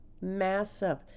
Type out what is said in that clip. massive